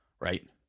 right